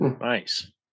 Nice